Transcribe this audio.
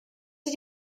did